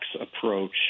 approach